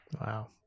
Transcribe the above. Wow